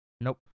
Nope